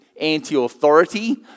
anti-authority